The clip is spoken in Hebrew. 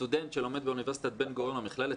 סטודנט שלומד באוניברסיטת בן גוריון או במכללת